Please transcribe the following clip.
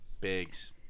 Biggs